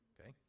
Okay